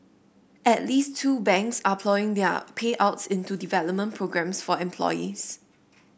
at least two banks are ploughing their payouts into development programmes for employees